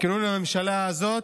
כינון הממשלה הזאת,